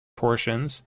portions